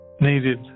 needed